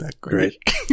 Great